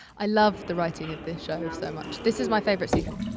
i love the writing of this show so much. this is my favorite season.